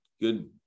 good